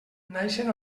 naixen